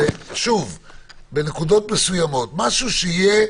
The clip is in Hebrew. בנקודות מסוימות, משהו שיהיה